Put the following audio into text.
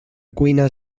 cuina